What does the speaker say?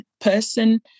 person